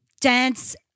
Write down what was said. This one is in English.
dance